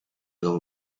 como